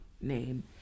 name